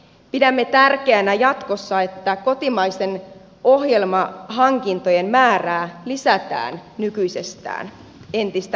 pidämme tärkeänä jatkossa että kotimaisten ohjelmahankintojen määrää lisätään nykyisestään entistä enemmän